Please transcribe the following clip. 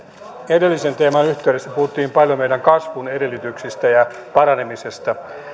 edellisen teeman yhteydessä puhuttiin paljon meidän kasvun edellytyksistä ja paranemisesta